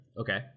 Okay